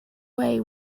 way